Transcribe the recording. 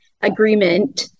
agreement